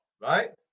right